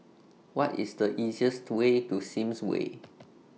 What IS The easiest Way to Sims Way